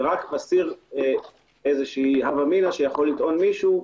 זה רק מסיר הווה אמינא שיכול לטעון מישהו,